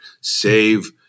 save